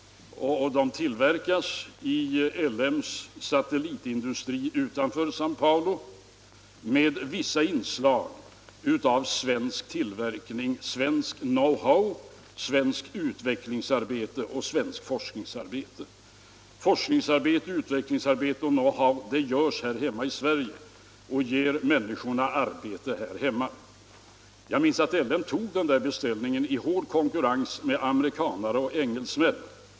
Dessa telefoner tillverkas i L M:s satellitindustri utanför Säo Paulo med vissa inslag av svensk tillverkning, svensk know-how, svenskt utvecklingsarbete och svenskt forskningsarbete. Forskningsarbete, utvecklingsarbete och knowhow kommer till stånd här i Sverige och ger människorna här hemma arbete. Jag minns att L M tog den där beställningen i hård konkurrens med amerikaner och engelsmän.